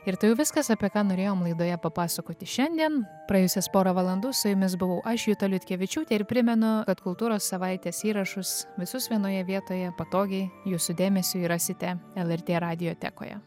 ir tai jau viskas apie ką norėjom laidoje papasakoti šiandien praėjusias porą valandų su jumis buvau aš juta liutkevičiūtė ir primenu kad kultūros savaitės įrašus visus vienoje vietoje patogiai jūsų dėmesiui rasite lrt radijotekoje